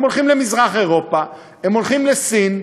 הם הולכים למזרח-אירופה, הם הולכים לסין,